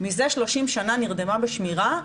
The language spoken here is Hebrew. מזה 30 שנה נרדמה בשמירה,